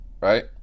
right